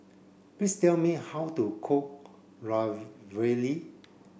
please tell me how to cook Ravioli